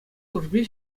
служби